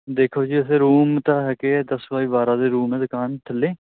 ਦੇਖੋ ਜੀ ਅਸੀਂ ਰੂਮ ਤਾਂ ਹੈਗੇ ਦਸ ਬਾਏ ਬਾਰਾਂ ਦੇ ਰੂਮ ਦੁਕਾਨ ਥੱਲੇ